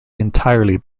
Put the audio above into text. entirely